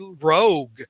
rogue